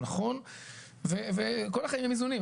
הוא נכון וכל ה --- עם איזונים.